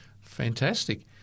Fantastic